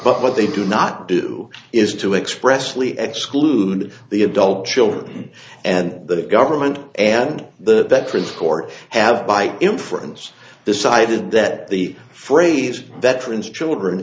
but what they do not do is to express lee exclude the adult children and the government and the veterans for have by inference decided that the phrase veterans children